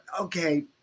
okay